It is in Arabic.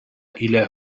إلى